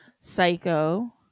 Psycho